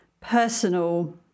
personal